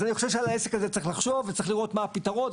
אני חושב שעל העסק הזה צריך לחשוב וצריך לראות מה הפתרון.